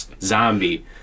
Zombie